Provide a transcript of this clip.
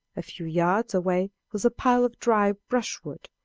a few yards away was a pile of dry brushwood,